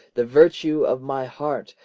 the virtue of my heart,